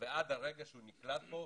ועד הרגע שהוא נקלט כאן,